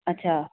अच्छा